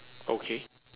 okay